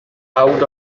out